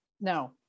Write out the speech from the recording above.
No